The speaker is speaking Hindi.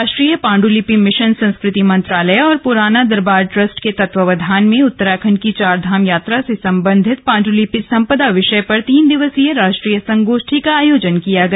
राष्ट्रीय पांडलिपि मिशन संस्कृति मंत्रालय और पुराना दरबार ट्रस्ट के तत्वावधान में उत्तराखंड की चारधाम यात्रा विषय पर पाण्डलिपि संपदा पर तीन दिवसीय राष्ट्रीय संगोष्ठी का आयोजन किया गया